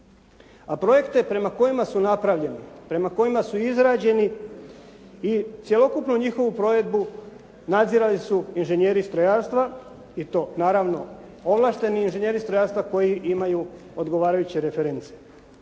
A projekte prema kojima su napravljeni, prema kojima su izrađeni i cjelokupnu njihovu provedbu nadzirali su inženjeri strojarstva i to naravno ovlašteni inženjeri strojarstva koji imaju odgovarajuće reference.